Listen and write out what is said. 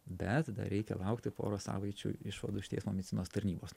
bet dar reikia laukti porą savaičių išvadų iš teismo medicinos tarnybos